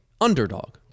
underdog